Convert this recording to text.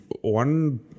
one